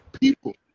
people